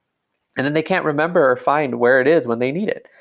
and then they can't remember or find where it is when they need it.